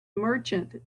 merchant